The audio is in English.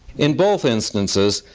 in both instances,